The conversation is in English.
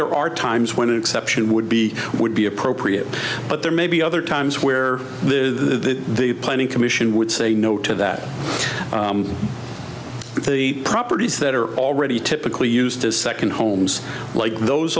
there are times when an exception would be would be appropriate but there may be other times where the planning commission would say no to that the properties that are already typically used as second homes like those